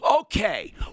Okay